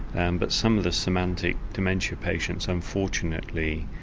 and but some of the semantic dementia patients, unfortunately,